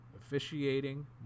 officiating